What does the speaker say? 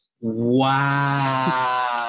Wow